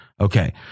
Okay